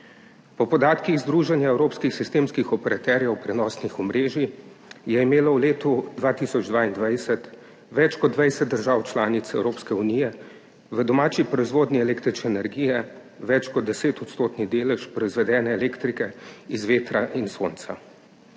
Po podatkih Združenja evropskih sistemskih operaterjev prenosnih omrežij je imelo v letu 2022 več kot dvajset držav članic Evropske unije v domači proizvodnji električne energije več kot 10 % delež proizvedene elektrike iz vetra in sonca,